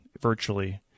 virtually